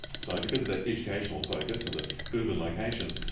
so because of that educational focus and the urban location,